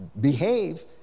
behave